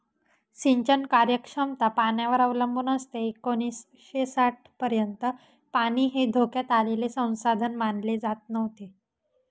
सिंचन कार्यक्षमता पाण्यावर अवलंबून असते एकोणीसशे साठपर्यंत पाणी हे धोक्यात आलेले संसाधन मानले जात नव्हते